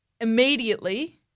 immediately